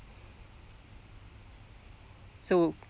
so